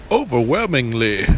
overwhelmingly